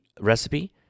recipe